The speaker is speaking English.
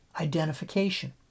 identification